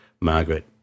Margaret